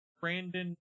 Brandon